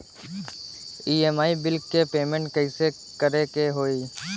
EMI bill के payment कइसे करे के होई?